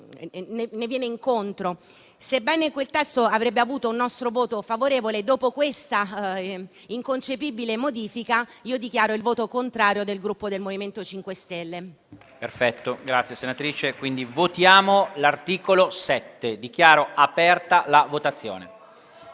potente. Tuttavia, sebbene quel testo avrebbe avuto un nostro voto favorevole, dopo questa inconcepibile modifica dichiaro il voto contrario del Gruppo MoVimento 5 Stelle.